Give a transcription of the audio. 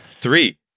three